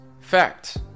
Fact